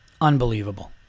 Unbelievable